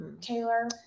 taylor